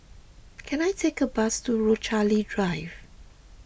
can I take a bus to Rochalie Drive